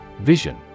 Vision